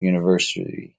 university